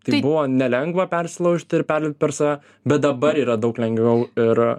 tai buvo nelengva persilaužti ir perlipt per save bet dabar yra daug lengviau ir